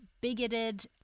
bigoted